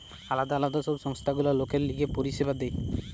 আলদা আলদা সব সংস্থা গুলা লোকের লিগে পরিষেবা দেয়